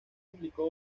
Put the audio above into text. implicó